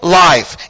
life